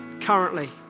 currently